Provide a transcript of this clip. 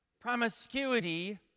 promiscuity